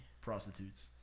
prostitutes